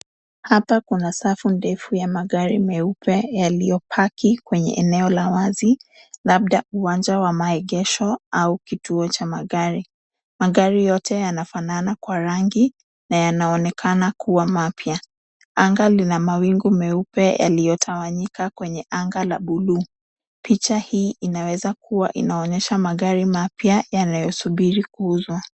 Hapa kuna safu ndefu ya magari meupe yaliyopaki kwenye eneo la wazi, labda uwanja wa maegesho au kituo cha magari. Magari yote yanafanana kwa rangi na yanaonekana kuwa mapya. Anga lina mawingu meupe yaliyotawanyika kwenye anga la bluu. Picha hii inaweza kuwa inaonyesha magari mapya yanayosubiri kuuzwa.